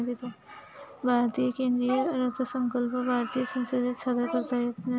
भारतीय केंद्रीय अर्थसंकल्प भारतीय संसदेत सादर करण्यात येतो